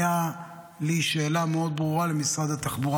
הייתה לי שאלה מאוד ברורה למשרד התחבורה